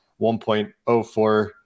1.04